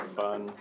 fun